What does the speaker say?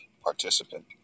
participant